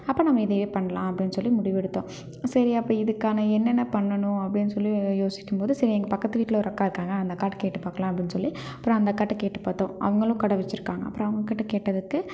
அப்போ நம்ம இதையே பண்ணலாம் அப்படின்னு சொல்லி முடிவெடுத்தோம் சரி அப்போ இதுக்கான என்னென்ன பண்ணணும் அப்படின்னு சொல்லி யோசிக்கும்போது சரி எங்கள் பக்கத்து வீட்டில் ஒரு அக்கா இருக்காங்க அந்த அக்காகிட்ட கேட்டுப் பார்க்கலாம் அப்படின்னு சொல்லி அப்புறோம் அந்த அக்காகிட்ட கேட்டுப் பார்த்தோம் அவங்களும் கடை வெச்சுருக்காங்க அப்புறோம் அவங்ககிட்ட கேட்டதுக்கு